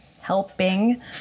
helping